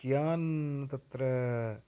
कियान् तत्र